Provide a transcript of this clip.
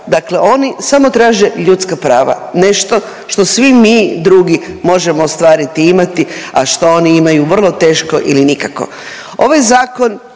Dakle, oni samo traže ljudska prava. Nešto što svi mi drugi možemo ostvariti i imati, a što oni imaju vrlo teško ili nikako.